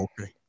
okay